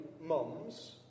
mums